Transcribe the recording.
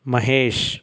Mahesh